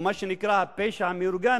או מה שנקרא הפשע המאורגן.